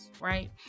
Right